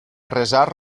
resar